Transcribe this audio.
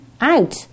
out